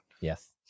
yes